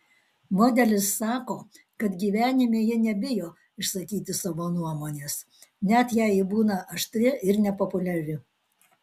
modelis sako kad gyvenime ji nebijo išsakyti savo nuomonės net jei ji būna aštri ir nepopuliari